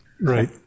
Right